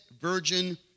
virgin